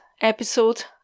episode